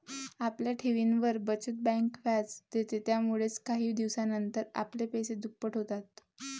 आपल्या ठेवींवर, बचत बँक व्याज देते, यामुळेच काही दिवसानंतर आपले पैसे दुप्पट होतात